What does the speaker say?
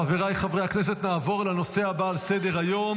חבריי חברי הכנסת, נעבור לנושא הבא על סדר-היום: